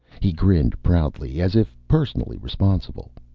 he grinned proudly, as if personally responsible.